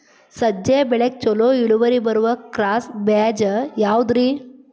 ಸಜ್ಜೆ ಬೆಳೆಗೆ ಛಲೋ ಇಳುವರಿ ಬರುವ ಕ್ರಾಸ್ ಬೇಜ ಯಾವುದ್ರಿ?